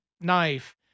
knife